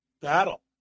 battle